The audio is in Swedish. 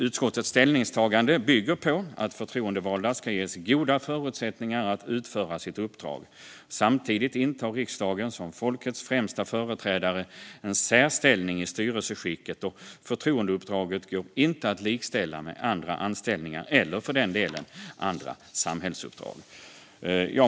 Utskottets ställningstagande bygger på att förtroendevalda ska ges goda förutsättningar att utföra sitt uppdrag. Samtidigt intar riksdagen som folkets främsta företrädare en särställning i styrelseskicket. Förtroendeuppdraget går inte att likställa med andra anställningar eller för den delen andra samhällsuppdrag.